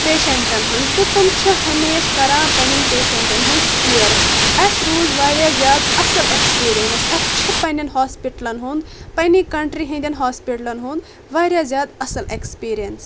پیشنٹن ہٕنٛز تہٕ تِم چھِ ہمیش کران پننٮ۪ن پیشنٹن ہٕنٛز کیر اسہِ روٗز واریاہ زیادٕ اصل اٮ۪کٕس پیٖرینٕس اسہِ چھُ پننٮ۪ن ہوسپٹلن ہُنٛد پننہِ کنٹری ہٕنٛدٮ۪ن ہوسپٹلن ہُنٛد واریاہ زیادٕ اصل اٮ۪کٕس پیٖرینٕس